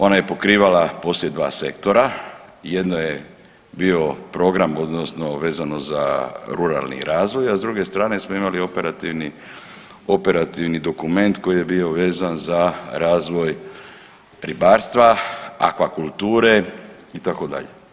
Ona je pokrivala poslije dva sektora, jedno je bio program, odnosno vezano za ruralni razvoj, a s druge strane smo imali operativni dokument koji je bio vezan za razvoj ribarstva, akvakulture, itd.